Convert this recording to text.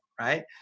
right